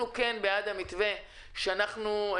אנחנו כן בעד המתווה שאנחנו הצענו,